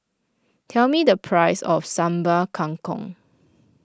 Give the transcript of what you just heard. tell me the price of Sambal Kangkong